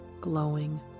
glowing